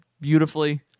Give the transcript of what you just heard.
beautifully